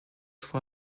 for